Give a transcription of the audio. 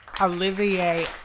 olivier